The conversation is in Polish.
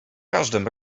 każdym